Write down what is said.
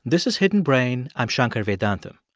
this is hidden brain. i'm shankar vedantam.